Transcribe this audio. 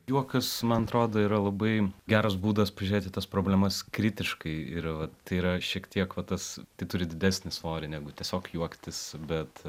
juokas man atrodo yra labai geras būdas pažiūrėt į tas problemas kritiškai ir vat tai yra šiek tiek va tas tai turi didesnį svorį negu tiesiog juoktis bet